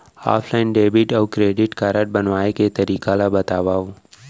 Offline debit अऊ credit card बनवाए के तरीका ल बतावव?